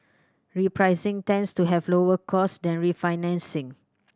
repricing tends to have lower costs than refinancing